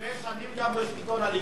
הרבה שנים גם בשלטון הליכוד.